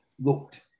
looked